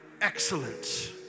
excellence